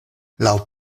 laŭ